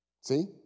See